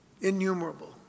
innumerable